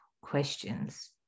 questions